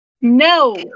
No